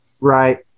Right